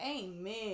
Amen